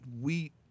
wheat